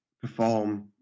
perform